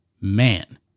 Man